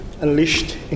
unleashed